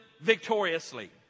victoriously